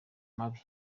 amabi